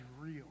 real